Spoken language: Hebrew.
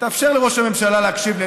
תאפשר לראש הממשלה להקשיב לי,